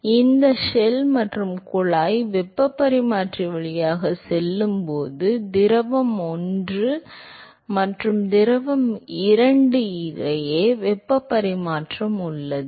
எனவே இந்த ஷெல் மற்றும் குழாய் வெப்பப் பரிமாற்றி வழியாக செல்லும் போது திரவம் ஒன்று மற்றும் திரவம் இரண்டு இடையே வெப்ப பரிமாற்றம் உள்ளது